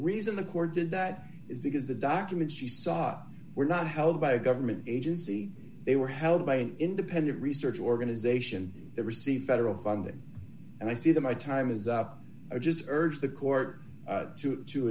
reason the court did that is because the documents she saw were not held by a government agency they were held by an independent research organization that receive federal funding and i see that my time is up i just urge the court to to